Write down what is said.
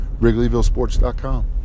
WrigleyVilleSports.com